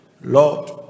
Lord